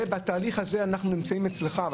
בתהליך הזה אנחנו נמצאים אצלך,